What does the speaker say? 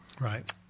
Right